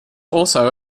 also